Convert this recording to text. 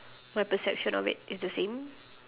my perception of it is the same